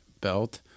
belt